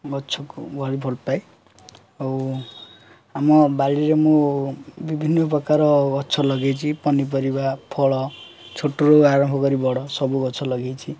ଗଛକୁ ଭାରି ଭଲ ପାଏ ଆଉ ଆମ ବାଡ଼ିରେ ମୁଁ ବିଭିନ୍ନ ପ୍ରକାର ଗଛ ଲଗେଇଛି ପନିପରିବା ଫଳ ଛୋଟରୁ ଆରମ୍ଭ କରି ବଡ଼ ସବୁ ଗଛ ଲଗେଇଛି